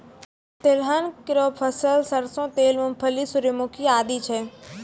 तिलहन केरो फसल सरसों तेल, मूंगफली, सूर्यमुखी आदि छै